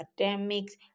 academics